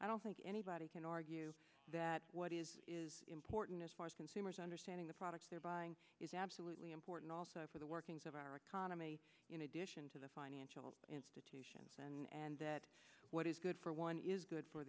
i don't think anybody can argue that what is important as far as consumers understanding the products they're buying is absolutely important also for the workings of our economy in addition to the financial institutions and that what is good for one is good for